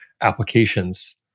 applications